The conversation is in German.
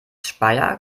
speyer